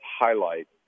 highlight